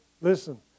listen